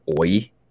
oi